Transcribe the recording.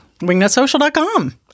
Wingnutsocial.com